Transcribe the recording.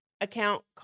account